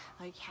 Okay